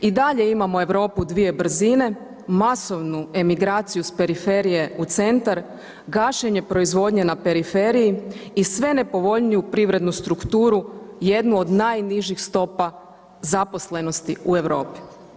I dalje imamo Europe dvije brzine, masovnu emigraciju sa periferije u centar, gašenje proizvodnje na periferiji i sve nepovoljniju privrednu strukturu jednu od najnižih stopa zaposlenosti u Europi.